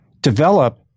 develop